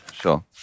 Sure